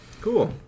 Cool